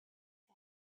gas